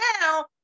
now